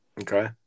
Okay